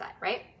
right